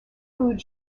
food